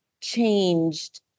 changed